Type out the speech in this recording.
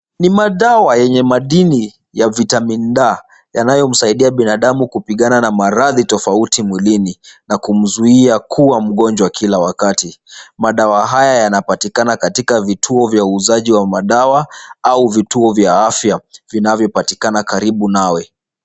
Ni madawa ya madini ya Vitamini D yanayosaidia binadamu kupigana na maradhi tofauti mwilini na kumzuia kuwa mgonjwa kila wakati. Madawa haya yanapatikana katika vituo vya kuuza madawa au vituo vya afya vinavyopatikana karibu nawe.